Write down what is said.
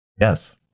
Yes